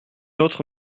nôtres